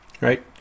right